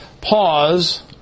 pause